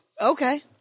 Okay